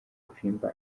kuririmba